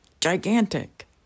gigantic